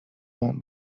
قوم